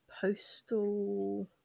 postal